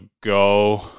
go